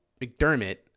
McDermott